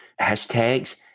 hashtags